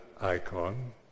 icon